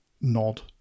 nod